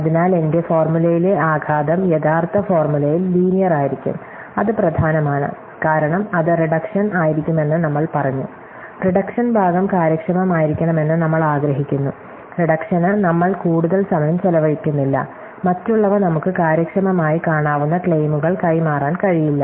അതിനാൽ എന്റെ ഫോർമുലയിലെ ആഘാതം യഥാർത്ഥ ഫോർമുലയിൽ ലീനിയർ ആയിരിക്കും അത് പ്രധാനമാണ് കാരണം അത് റിഡക്ഷൻ ആയിരിക്കുമെന്ന് നമ്മൾ പറഞ്ഞു റിഡക്ഷൻ ഭാഗം കാര്യക്ഷമമായിരിക്കണമെന്ന് നമ്മൾ ആഗ്രഹിക്കുന്നു റിഡക്ഷന് നമ്മൾ കൂടുതൽ സമയം ചെലവഴിക്കുന്നില്ല മറ്റുള്ളവ നമുക്ക് കാര്യക്ഷമമായി കാണാവുന്ന ക്ലെയിമുകൾ കൈമാറാൻ കഴിയില്ല